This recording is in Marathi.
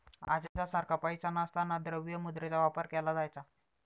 आजच्या सारखा पैसा नसताना द्रव्य मुद्रेचा वापर केला जायचा